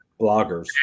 Bloggers